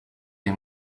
des